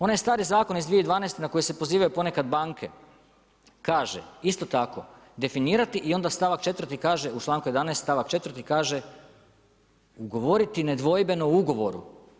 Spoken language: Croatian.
Onaj stari zakon iz 2012. na koje se pozivaju ponekad banke, kaže isto tako, definirati i onda stavka 4. u članku 11. stavak 4 kaže, ugovoriti nedvojbeno u ugovoru.